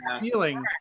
feeling